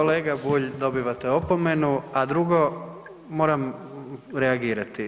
Kolega Bulj, dobivate opomenu a drugo, moram reagirati.